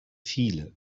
viele